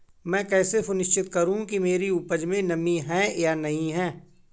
मैं कैसे सुनिश्चित करूँ कि मेरी उपज में नमी है या नहीं है?